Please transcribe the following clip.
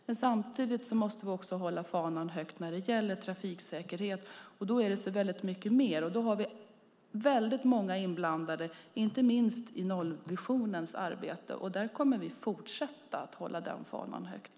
Men samtidigt måste vi hålla fanan högt när det gäller trafiksäkerhet. Då är det så väldigt mycket mer. Vi har väldigt många inblandade, inte minst i nollvisionens arbete. Där kommer vi att fortsätta att hålla fanan högt.